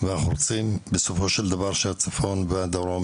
הרי אנחנו רוצים שבסופו של דבר הצפון והדרום